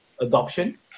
adoption